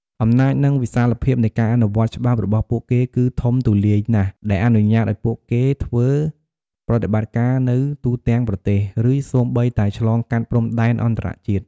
អំណាច និងវិសាលភាពនៃការអនុវត្តច្បាប់របស់ពួកគេគឺធំទូលាយណាស់ ដែលអនុញ្ញាតឲ្យពួកគេធ្វើប្រតិបត្តិការនៅទូទាំងប្រទេស ឬសូម្បីតែឆ្លងកាត់ព្រំដែនអន្តរជាតិ។